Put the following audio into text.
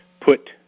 put